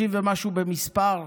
30 ומשהו במספר,